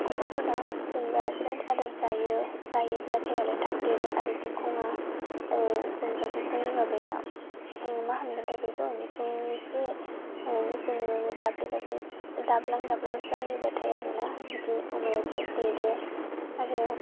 अमाफोरा जेनबा बिराथ आदार जायो जायोब्लाथाय थाब देरो आरो बिखंआ जेनबा बिखंनि माबाया मा होनगोनथाइ बेखौ बिखुंनि इसे जेनबा बे दाब्ले दाब्ले दाब्लां दाब्लां जायोबाथाय आरोना बिदि अमाया देरो आरो